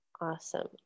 Awesome